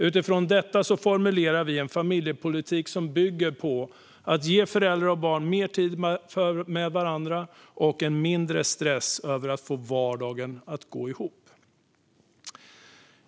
Utifrån detta formulerar vi en familjepolitik som bygger på att ge föräldrar och barn mer tid med varandra och mindre stress över att få vardagen att gå ihop.